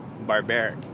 barbaric